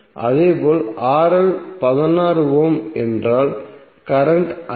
இதேபோல் 16 ஓம் என்றால் கரண்ட் 1